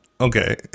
Okay